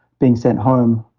being sent home.